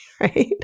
right